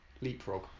leapfrog